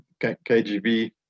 KGB